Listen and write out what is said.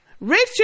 Richard